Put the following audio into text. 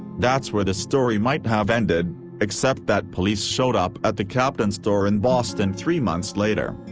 that's where the story might have ended except that police showed up at the captain's door in boston three months later.